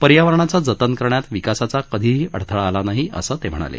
पर्यावरणाचं जतन करण्यात विकासाचा कधीही अडथळा आला नाही असं ते म्हणाले